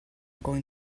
going